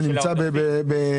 זה נמצא ב-002,